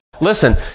Listen